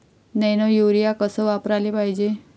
Nano urea कस वापराले पायजे?